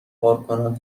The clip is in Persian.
کارکنان